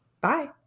Bye